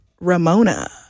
Ramona